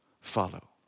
follow